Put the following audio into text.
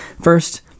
First